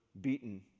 beaten